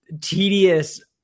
tedious